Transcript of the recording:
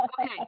Okay